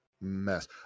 mess